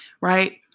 Right